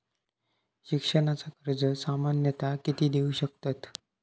शिक्षणाचा कर्ज सामन्यता किती देऊ शकतत?